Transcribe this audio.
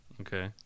Okay